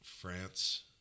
France